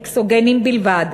אקסוגניים בלבד.